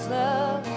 love